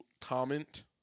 comment